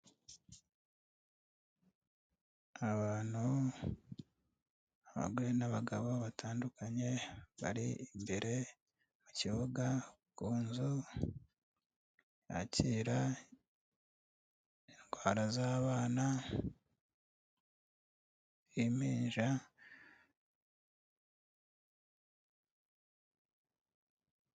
Abantu, abagore n'abagabo batandukanye, bari imbere mu kibuga kunzu yakira indwara z'abana, impinja.